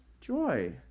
joy